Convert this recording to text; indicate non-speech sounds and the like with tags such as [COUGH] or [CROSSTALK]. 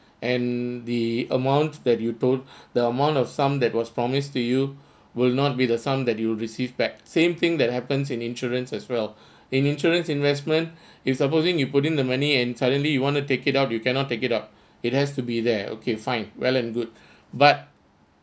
and the amount that you told [BREATH] the amount of sum that was promised to you will not be the sum that you'll receive back same thing that happens in insurance as well [BREATH] in insurance investment [BREATH] if supposing you put in the money and suddenly you want to take it out you cannot take it out it has to be there okay fine well and good but